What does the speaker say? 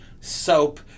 soap